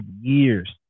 years